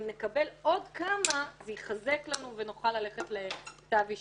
ואם הם יקבלו עוד כמה זה יחזק להם והם יוכלו ללכת לכתב אישום.